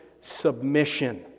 submission